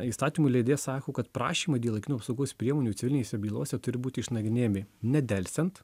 įstatymų leidėjas sako kad prašymai dėl laikinų apsaugos priemonių civilinėse bylose turi būti išnagrinėjami nedelsiant